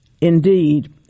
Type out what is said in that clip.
Indeed